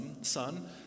son